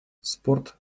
спорт